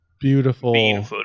beautiful